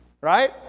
Right